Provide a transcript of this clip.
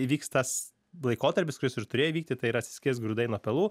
įvyks tas laikotarpis kuris ir turėjo įvykti tai yra atsiskirs grūdai nuo pelų